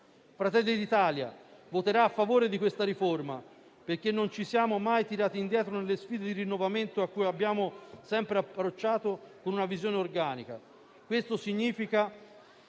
Fratelli d'Italia voterà a favore della riforma al nostro esame perché non ci siamo mai tirati indietro nelle sfide di rinnovamento a cui abbiamo sempre approcciato con una visione organica.